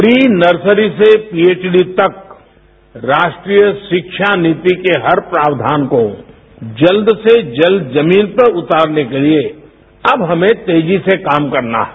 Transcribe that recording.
pre nursery से PhD तक राष्ट्रीय शिक्षा नीति के हर प्रावधान को जल्द से जल्द जमीन पर उतारने के लिए अब हमें तेजी से काम करना है